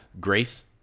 Grace